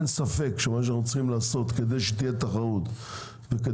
אין ספק שמה שאנחנו צריכים לעשות כדי שתהיה תחרות וכדי